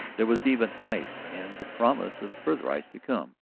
there was even ice and the promise of further ice to come.